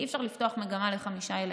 כי אי-אפשר לפתוח מגמה לחמישה ילדים.